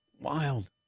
wild